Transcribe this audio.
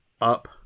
Up